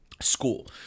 school